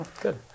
Good